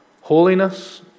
holiness